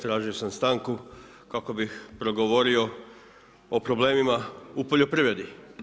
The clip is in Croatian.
Tražio sam stanku, kako bih progovorio o problemima u poljoprivredi.